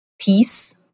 peace